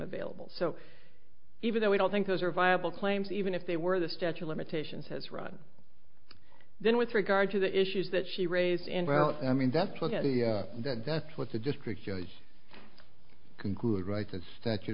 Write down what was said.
available so even though we don't think those are viable claims even if they were the statue of limitations has run then with regard to the issues that she raised in well i mean that's look at the and that's what the district judge concluded right the statu